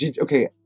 Okay